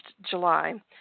July